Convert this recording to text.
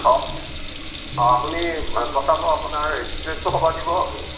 অঁ অঁ আপুনি পঠাব আপোনাৰ ডিটেইলচটো ক'ব দিব আপুনি